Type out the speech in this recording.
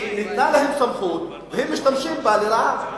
כי ניתנה להן סמכות והן משתמשות בה לרעה.